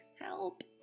Help